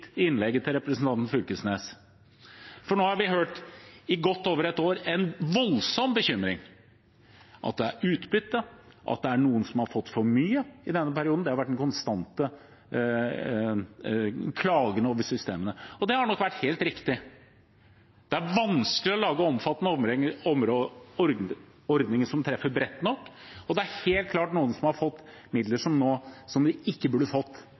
innlegget til representanten Fylkesnes. Nå har vi i godt over et år hørt en voldsom bekymring over at det er utbytte, at det er noen som har fått for mye i denne perioden. Det har vært den konstante klagen over systemet. Det har nok vært helt riktig. Det er vanskelig å lage omfattende ordninger som treffer bredt nok, og det er helt klart noen som har fått midler de ikke burde fått